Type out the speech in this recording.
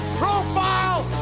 profile